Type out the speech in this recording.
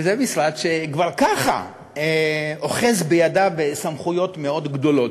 זה משרד שכבר ככה אוחז בידיו סמכויות מאוד גדולות.